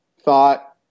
thought